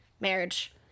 marriage